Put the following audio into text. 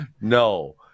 No